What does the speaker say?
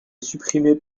supprimés